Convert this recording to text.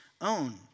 own